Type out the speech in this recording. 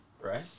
Right